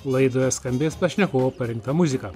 laidoje skambės pašnekovo parinkta muzika